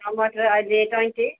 टमाटर अहिले ट्वेन्टी